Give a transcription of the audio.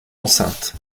enceinte